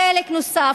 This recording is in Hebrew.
חלק נוסף,